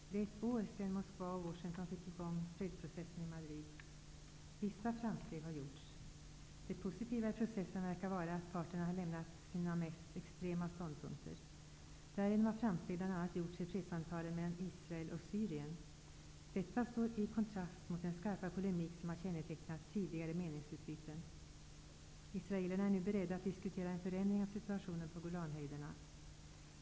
Det är ett år sedan Moskva och Washington fick i gång fredsprocessen i Madrid. Vissa framsteg har gjorts. Det positiva i processen verkar vara att parterna har lämnat sina mest extrema ståndpunkter. Därigenom har framsteg gjorts bl.a. i fredssamtalen mellan Israel och Syrien. Detta står i kontrast mot den skarpa polemik som har kännetecknat tidigare meningsutbyten. Israelerna är nu beredda att diskutera en förändring av situationen på Golanhöjderna.